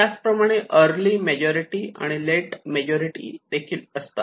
त्याचप्रमाणे early majority आणि late majority असतात